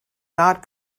not